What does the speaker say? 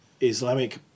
Islamic